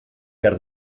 behar